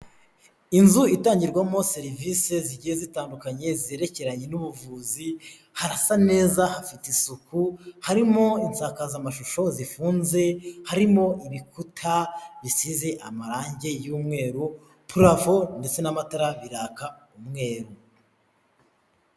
Inzu itangirwamo serivise zigiye zitandukanye, zerekeranye n'ubuvuzi, harasa neza, hafite isuku, harimo insakazamashusho zifunze, harimo ibikuta bisize amarange y'umweru, parafo ndetse n'amatara biraka umweru.